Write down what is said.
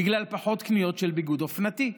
בגלל פחות קניות של ביגוד אופנתי,